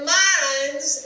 minds